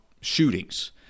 shootings